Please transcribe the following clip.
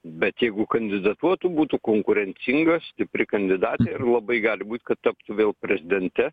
bet jeigu kandidatuotų būtų konkurencinga stipri kandidatė ir labai gali būt kad taptų vėl prezidente